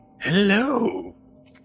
hello